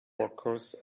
workers